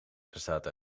bestaat